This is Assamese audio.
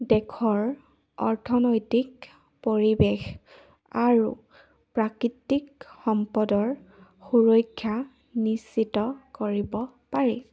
দেশৰ অৰ্থনৈতিক পৰিৱেশ আৰু প্ৰাকৃতিক সম্পদৰ সুৰক্ষা নিশ্চিত কৰিব পাৰি